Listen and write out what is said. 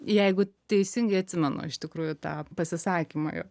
jeigu teisingai atsimenu iš tikrųjų tą pasisakymą jo